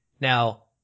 Now